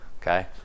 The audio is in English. okay